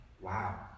wow